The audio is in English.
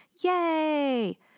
Yay